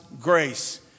grace